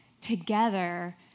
together